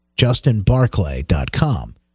Justinbarclay.com